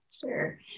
Sure